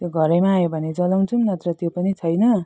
त्यो घरैमा आयो भने जलाउँछौँ नत्र त्यो पनि छैन